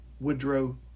Woodrow